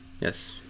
Yes